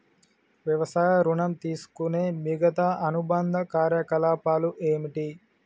వ్యవసాయ ఋణం తీసుకునే మిగితా అనుబంధ కార్యకలాపాలు ఏమిటి?